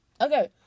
Okay